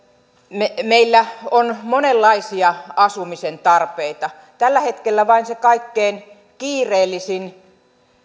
meillä on monenlaisia asumisen tarpeita tällä hetkellä vain se kaikkein kiireellisin